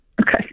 Okay